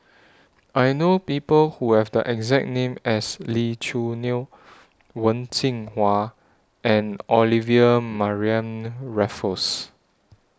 I know People Who Have The exact name as Lee Choo Neo Wen Jinhua and Olivia Mariamne Raffles